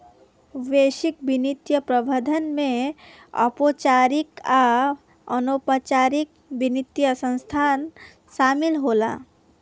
वैश्विक वित्तीय प्रबंधन में औपचारिक आ अनौपचारिक वित्तीय संस्थान शामिल होला